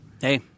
Hey